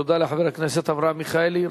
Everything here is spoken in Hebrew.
תודה לחבר הכנסת אברהם מיכאלי.